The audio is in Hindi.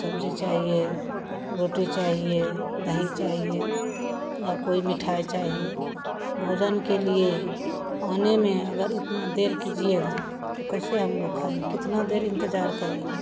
सब्ज़ी चाहिए रोटी चाहिए दही चाहिए या कोई मिठाई चाहिए भोजन के लिए आने में अगर इतनी देर कीजिएगा तो कैसे हमलोग खाएँगे कितनी देर इन्तज़ार करेंगे